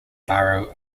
borough